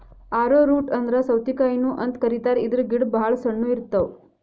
ಆರೊ root ಅಂದ್ರ ಸೌತಿಕಾಯಿನು ಅಂತ್ ಕರಿತಾರ್ ಇದ್ರ್ ಗಿಡ ಭಾಳ್ ಸಣ್ಣು ಇರ್ತವ್